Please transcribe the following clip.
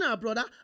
brother